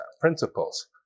principles